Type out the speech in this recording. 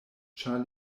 ĉar